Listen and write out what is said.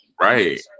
Right